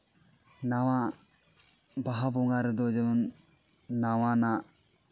ᱱᱟᱣᱟ ᱵᱟᱦᱟ ᱵᱚᱸᱜᱟ ᱨᱮᱫᱚ ᱡᱮᱢᱚᱱ ᱱᱟᱣᱟᱱᱟᱜ